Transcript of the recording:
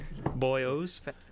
boyos